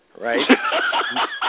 right